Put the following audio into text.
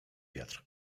wiatr